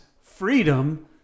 freedom